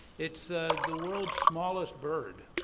it's the world's smallest bird.